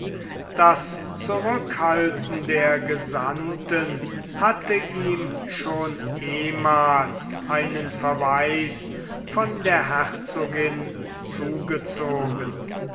das zurückhalten der gesandten hatte ihm schon ehemals einen verweis von der herzogin zugezogen